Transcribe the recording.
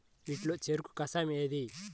వీటిలో చెరకు కషాయం ఏది?